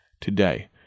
today